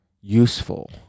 useful